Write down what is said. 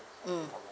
mm